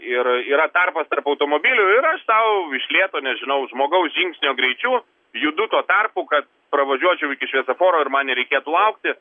ir yra tarpas tarp automobilių ir aš sau iš lėto nežinau žmogaus žingsnio greičiu judu tuo tarpu kad pravažiuočiau iki šviesoforo ir man nereikėtų laukti